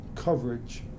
Coverage